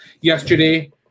Yesterday